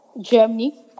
germany